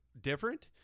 different